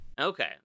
okay